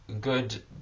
good